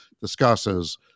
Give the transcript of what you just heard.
discusses